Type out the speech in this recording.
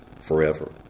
forever